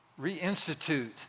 reinstitute